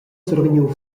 survegniu